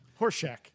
Horseshack